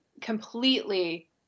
completely